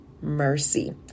mercy